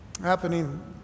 happening